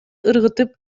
ыргытып